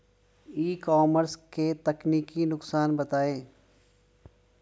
ई commerce के तकनीकी नुकसान बताएं?